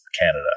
Canada